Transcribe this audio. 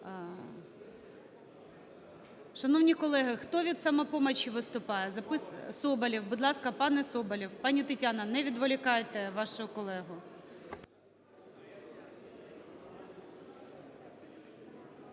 Шановні колеги, хто від "Самопомочі" виступає? Соболєв. Будь ласка, пане Соболєв. Пані Тетяна, не відволікайте вашого колегу.